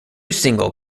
single